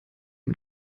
mit